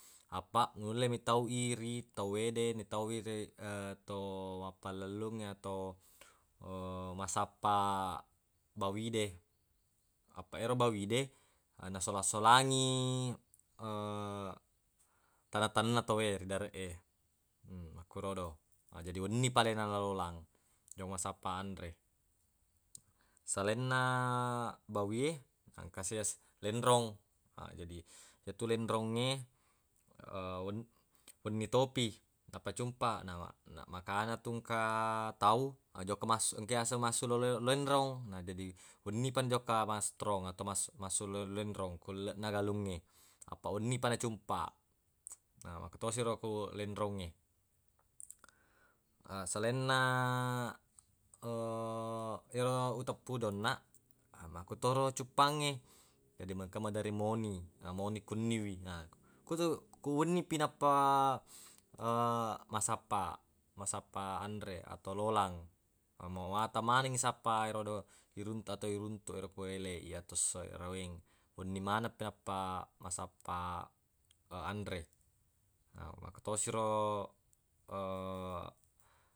Apaq nulle mitaui ri tawwe de mitaui ri tau mappallellungnge aatu massappa bawi de apaq ero bawi de nasola-soalngi tane-tanenna tawwe ri dareq e makkurodo jadi wennipa alena nalolang jokka massappa anre selainna bawie engkasi yaseng lenrong jadi yetu lenrongnge wen- wenni topi nappa cumpa na- makana tu engka tau na jokka mas- engka yaseng masulo lenrong na jadi wennipa najokka mastrong atau massulo lenrong ku elleq na galungnge apaq wenni pa nacumpa na makkutosiro ku lenrongnge selainna uteppu de onnaq makkutoro cuppangnge jadi engka maderri moni moni ku wenniwi na kutu ko wennipi nappa massappa massappa anre atau lolang mawatang manengngi sappa erodo irun- atau iruntuq ero ko ele i atau esso araweng wenni maneng pi nappa massappa anre makkutosiro